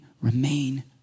remain